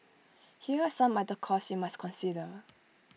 here are some other costs you must consider